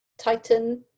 Titan